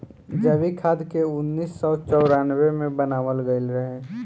जैविक खाद के उन्नीस सौ चौरानवे मे बनावल गईल रहे